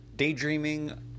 Daydreaming